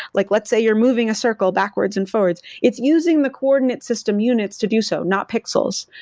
like let's say you are moving a circle backwards and forward, it's using the coordinate system units to do so, not pixels.